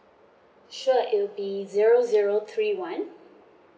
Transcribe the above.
sure it will be zero zero three one